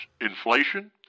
inflation